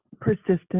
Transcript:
persistent